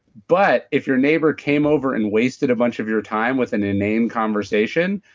but if your neighbor came over and wasted a bunch of your time with an inane conversation,